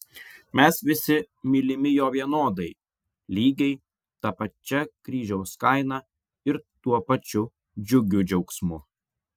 mes visi mylimi jo vienodai lygiai ta pačia kryžiaus kaina ir tuo pačiu džiugiu džiaugsmu